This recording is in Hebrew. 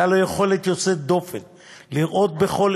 הייתה לו יכולת יוצאת דופן לראות בכל